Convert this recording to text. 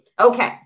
Okay